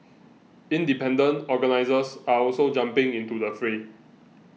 independent organisers are also jumping into the fray